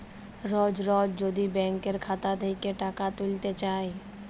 রজ রজ যদি ব্যাংকের খাতা থ্যাইকে টাকা ত্যুইলতে চায়